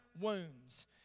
wounds